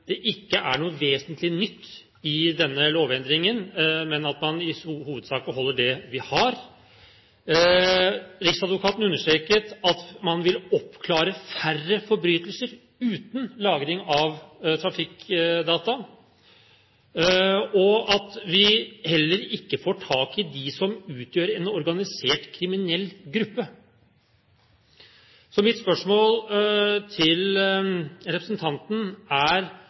det ikke er noe vesentlig nytt i denne lovendringen, men at man i hovedsak beholder det man har. Riksadvokaten understreket at man vil oppklare færre forbrytelser uten lagring av trafikkdata, og at man heller ikke får tak i dem som utgjør en organisert kriminell gruppe. Så mitt spørsmål til representanten er: